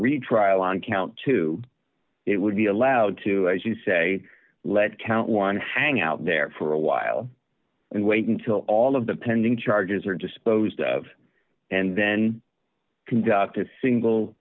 retrial on count two it would be allowed to as you say let's count one hang out there for a while and wait until all of the pending charges are disposed of and then conduct a single